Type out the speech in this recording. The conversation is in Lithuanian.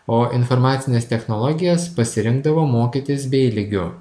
o informacines technologijas pasirinkdavo mokytis bė lygiu